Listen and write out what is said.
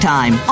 Time